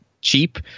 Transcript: cheap